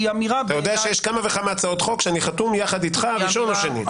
אתה יודע שיש כמה וכמה הצעות חוק שאני חתום יחד איתך ראשון או שני.